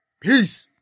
Peace